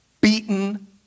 beaten